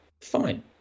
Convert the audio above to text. Fine